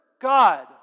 God